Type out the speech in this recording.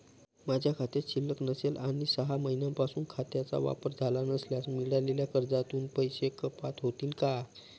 माझ्या खात्यात शिल्लक नसेल आणि सहा महिन्यांपासून खात्याचा वापर झाला नसल्यास मिळालेल्या कर्जातून पैसे कपात होतील का?